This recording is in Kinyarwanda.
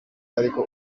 ariko